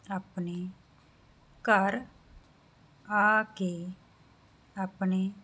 ਆਪਣੇ ਘਰ ਆ ਕੇ ਆਪਣੇ